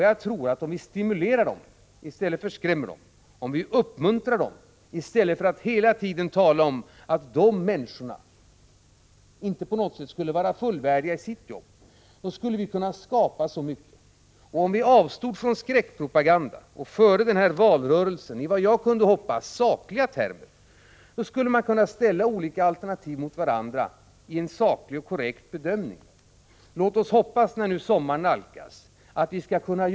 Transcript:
Jag tror att om vi stimulerar dessa människor i stället för att skrämma dem, och om vi uppmuntrar dem i stället för att hela tiden tala om att dessa människor inte på något sätt skulle vara fuilvärdiga i sina jobb, skulle vi kunna skapa så mycket. Om vi avstod från skräckpropaganda och förde den här valrörelsen i sakliga termer, skulle man kunna ställa olika alternativ mot varandra för en saklig och korrekt bedömning. Låt oss hoppas att vi skall kunna göra det, nu när sommaren nalkas.